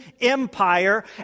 empire